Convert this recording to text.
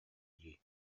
дии